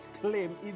claim